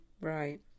Right